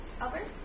Albert